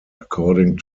according